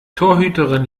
torhüterin